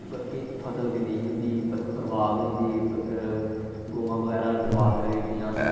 बल्के फसल अग्गें नेईं होंदी बरबाद होई जंदी ग'वां बगैरा बरबाद करी ओड़दियां